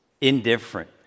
Indifferent